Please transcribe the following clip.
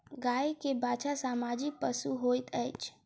गाय के बाछा सामाजिक पशु होइत अछि